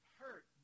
hurt